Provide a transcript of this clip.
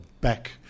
back